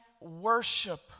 worship